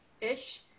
ish